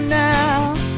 now